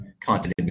content